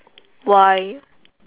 why